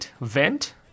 vent